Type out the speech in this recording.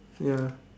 ya